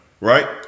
Right